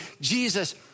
Jesus